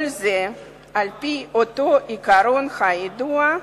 כל זה על-פי אותו עיקרון ידוע: